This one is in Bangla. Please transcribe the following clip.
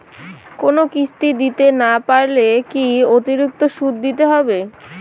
কোনো কিস্তি দিতে না পারলে কি অতিরিক্ত সুদ দিতে হবে?